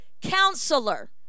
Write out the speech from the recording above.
counselor